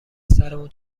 سرمون